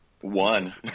One